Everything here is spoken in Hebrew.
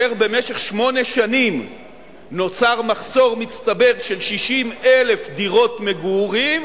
שכאשר במשך שמונה שנים נוצר מחסור מצטבר של 60,000 דירות מגורים,